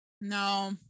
No